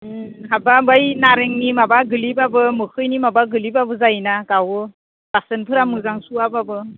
हाब्बा बै नारेंनि माबा गोग्लैब्लाबो मोखैनि माबा गोग्लैब्लाबो जायोना गावो बासोनफोरा मोजां सुवाब्लाबो